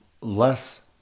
less